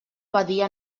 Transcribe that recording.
badia